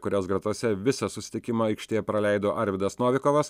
kurios gretose visą susitikimą aikštėje praleido arvydas novikovas